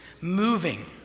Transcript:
moving